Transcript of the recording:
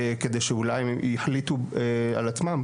כדי שאולי הם יחליטו על עצמם,